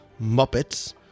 Muppets